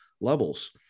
levels